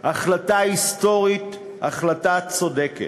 החלטה היסטורית, החלטה צודקת.